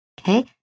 Okay